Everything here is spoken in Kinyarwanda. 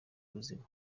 buzima